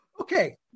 Okay